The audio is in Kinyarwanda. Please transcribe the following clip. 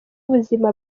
ubuzima